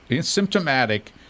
symptomatic